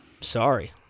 Sorry